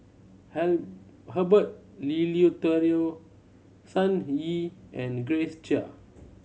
Herbert Eleuterio Sun Yee and Grace Chia